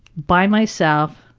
by myself